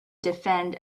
defend